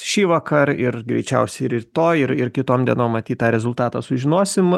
šįvakar ir greičiausiai ir rytoj ir ir kitom dienom matyt tą rezultatą sužinosim